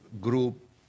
group